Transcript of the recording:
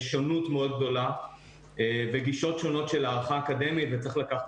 יש שונות מאוד גדולה וגישות שונות של הערכה אקדמית וצריך לקחת